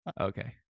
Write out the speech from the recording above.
Okay